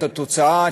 את התוצאה,